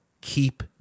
keep